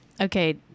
Okay